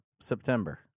september